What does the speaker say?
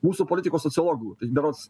mūsų politikos sociologų tai berods